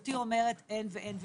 גברתי אומרת אין ואין,